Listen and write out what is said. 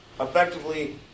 effectively